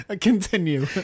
Continue